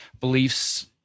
beliefs